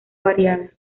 variada